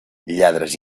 lladres